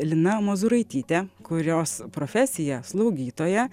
lina mozūraitytė kurios profesija slaugytoja